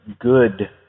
good